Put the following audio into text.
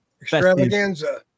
extravaganza